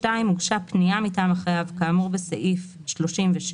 (2)הוגשה פנייה מטעם החייב כאמור בסעיפים 37